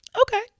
okay